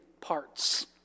parts